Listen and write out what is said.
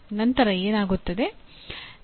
ನಂತರ ಏನಾಗುತ್ತದೆ